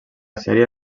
sèrie